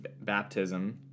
baptism